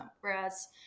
Whereas